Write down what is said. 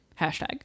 Hashtag